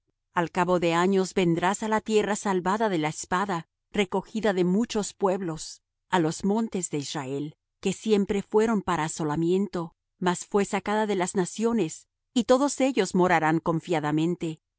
al cabo de años vendrás á la tierra salvada de la espada recogida de muchos pueblos á los montes de israel que siempre fueron para asolamiento mas fué sacada de las naciones y todos ellos morarán confiadamente